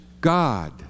God